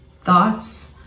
thoughts